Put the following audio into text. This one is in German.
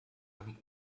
haben